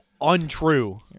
untrue